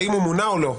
האם הוא מונה או לא?